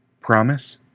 promise